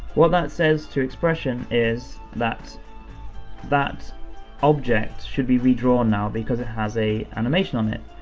what that says to xpression is that that object should be redrawn now because it has a animation on it,